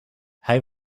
hij